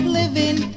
living